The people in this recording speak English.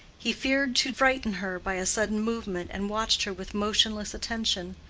he feared to frighten her by a sudden movement, and watched her with motionless attention.